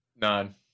None